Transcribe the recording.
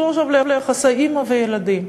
זה קשור עכשיו ליחסי אימא וילדים: